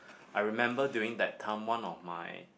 I remember during that time one of my